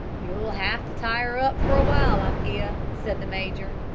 you'll have to tie her up for a while, i fear, said the major.